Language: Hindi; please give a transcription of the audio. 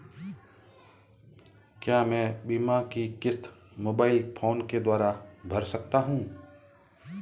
क्या मैं बीमा की किश्त मोबाइल फोन के द्वारा भर सकता हूं?